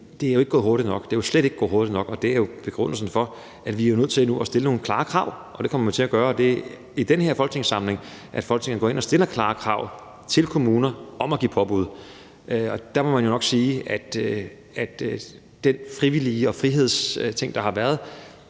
det er jo ikke gået hurtigt nok. Det er slet ikke gået hurtigt nok, og det er begrundelsen for, at vi er nødt til nu at stille nogle klare krav. Det kommer vi til at gøre i den her folketingssamling, nemlig at Folketinget går ind og stiller klare krav til kommuner om at give påbud. Der må man jo nok sige, at den frivilligheds- og frihedsting, der har været,